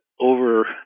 over